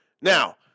Now